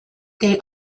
day